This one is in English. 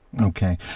Okay